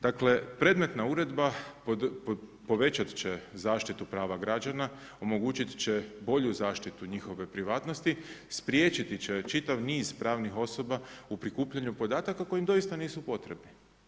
Dakle, predmetna uredba, povećati će zaštitu prava građana, omogućiti će bolju zaštitu njihove privatnosti, spriječiti će čitav niz pravnih osoba u prikupljanju podataka, koje im doista nisu potrebni.